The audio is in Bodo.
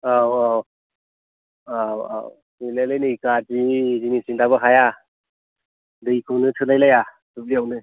औ औ औ औ गैलालाय नै गाज्रि जोंनिथिं दाबो हाया दैखौनो थोलाय लाया दुब्लियावनो